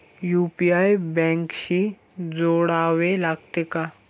UPI बँकेशी जोडावे लागते का?